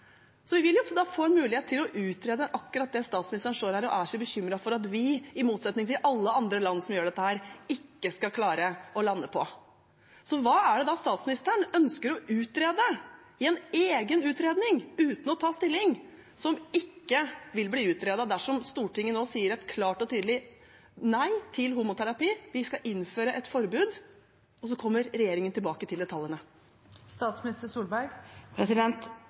Da vil vi få en mulighet til å utrede akkurat det statsministeren står her og er så bekymret for at vi – i motsetning til alle andre land som gjør dette – ikke skal klare å lande på. Så hva er det statsministeren ønsker å utrede i en egen utredning uten å ta stilling som ikke vil bli utredet dersom Stortinget nå sier et klart og tydelig nei til homoterapi, at vi skal innføre et forbud, og så kommer regjeringen tilbake til